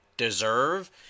deserve